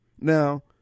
Now